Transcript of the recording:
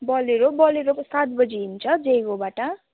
Bolero बलेरोको सात बजी हिँड्छ जयगाउँबाट